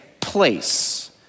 place